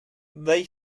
they